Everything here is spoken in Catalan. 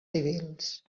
civils